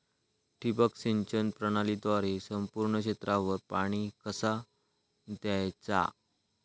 ठिबक सिंचन प्रणालीद्वारे संपूर्ण क्षेत्रावर पाणी कसा दयाचा?